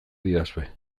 didazue